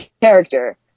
character